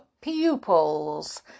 pupils